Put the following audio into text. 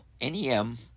NEM